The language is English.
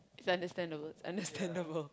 is understand the words understandable